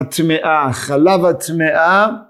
הטמאה, חלב הטמאה.